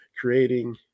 creating